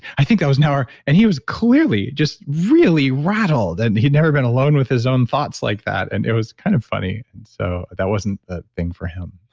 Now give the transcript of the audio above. i think that was an hour. and he was clearly just really rattled and he'd never been alone with his own thoughts like that, and it was kind of funny. and so, that wasn't a thing for him.